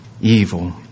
evil